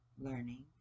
learning